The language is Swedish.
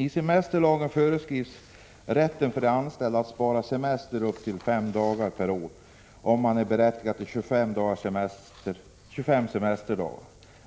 I semesterlagen föreskrivs rätten för anställda att spara semester upp till 5 dagar per år om man är berättigad till 25 semesterdagar.